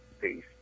Peace